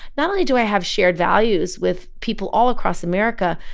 not only do i have shared values with people all across america,